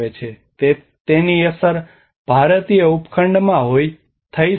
તેની અસર ભારતીય ઉપખંડમાં થઈ શકે છે